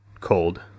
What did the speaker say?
cold